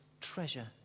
treasure